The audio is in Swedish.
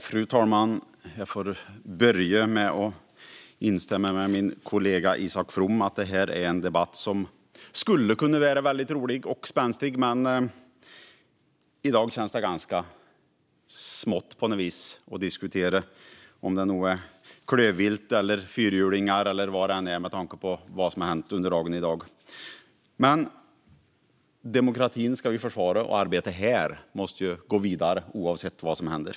Fru talman! Jag får börja med att instämma med min kollega Isak From. Det här är en debatt som skulle kunna vara väldigt rolig och spänstig. I dag känns det dock ganska smått på något vis att diskutera klövvilt, fyrhjulingar eller vad det än är, med tanke på vad som hänt under dagen. Men demokratin ska vi försvara, och arbetet här måste ju gå vidare, oavsett vad som händer.